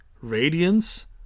radiance